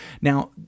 Now